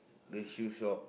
the shoe shop